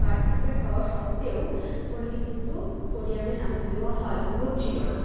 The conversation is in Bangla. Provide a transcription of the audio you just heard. পার্টিসিপেন্ট হওয়া সত্ত্বেও কোনিকে কিন্তু পোডিয়ামে নামতে দেওয়া হয় হচ্ছিল না